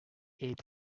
ate